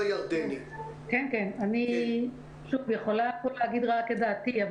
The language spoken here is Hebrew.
אני יכולה לומר רק את דעתי.